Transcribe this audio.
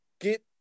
get